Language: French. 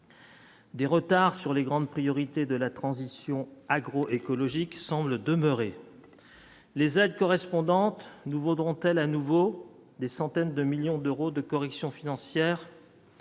Des retards sur les grandes priorités de la transition agroécologique semble demeurer. Les aides correspondantes nous vaudront-t-elle à nouveau des centaines de millions d'euros de correction financière.